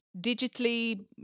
digitally